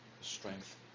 strength